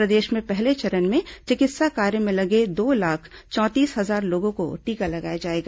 प्रदेश में पहले चरण में चिकित्सा कार्य में लगे दो लाख चौंतीस हजार लोगों को टीका लगाया जाएगा